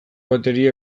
bateria